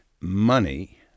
money